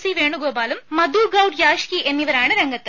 C വേണുഗോപാലും Madhu Goud Yaskhi എന്നിവരാണ് രംഗത്ത്